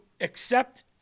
accept